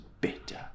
bitter